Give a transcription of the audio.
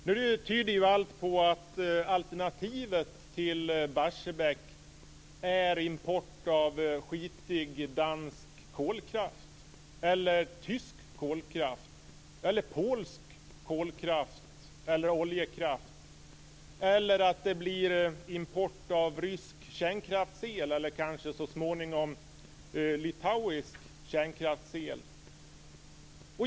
Nu tyder allt på att alternativet till Barsebäck är import av skitig dansk kolkraft eller tysk kolkraft eller polsk kol eller oljekraft eller att det blir import av rysk kärnkraftsel eller kanske så småningom litauisk kärnkraftsel.